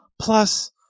plus